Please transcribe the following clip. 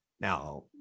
Now